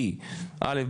כי א,